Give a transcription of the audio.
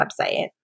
website